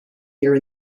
here